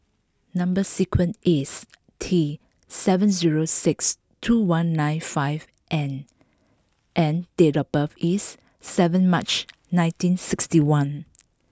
number sequence is T seven zero six two one nine five N and date of birth is seven March nineteen sixty one